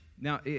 Now